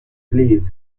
plead